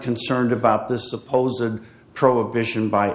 concerned about this supposed a prohibition by